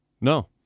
No